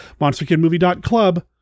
monsterkidmovie.club